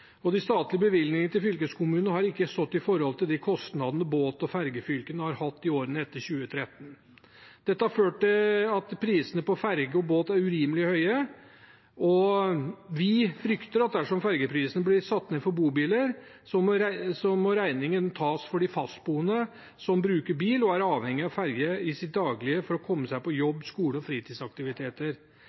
De statlige bevilgningene til fylkeskommunen har ikke stått i forhold til de kostnadene båt- og fergefylkene har hatt i årene etter 2013. Dette har ført til at prisene på ferge og båt er urimelig høye, og vi frykter at dersom fergeprisene blir satt ned for bobiler, må regningen tas av de fastboende som bruker bil, og som daglig er avhengig av ferge for å komme seg på jobb, skole og fritidsaktiviteter.